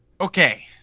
Okay